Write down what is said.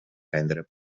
prendre